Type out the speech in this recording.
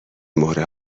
مهره